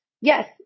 yes